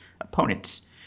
opponents